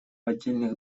отдельных